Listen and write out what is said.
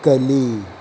ಕಲಿ